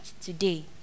today